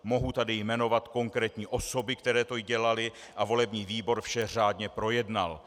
Mohu tady jmenovat konkrétní osoby, které to dělaly, a volební výbor vše řádně projednal.